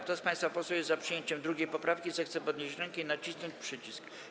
Kto z państwa posłów jest za przyjęciem 2. poprawki, zechce podnieść rękę i nacisnąć przycisk.